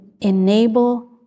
enable